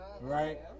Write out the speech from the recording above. right